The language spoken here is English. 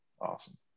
Awesome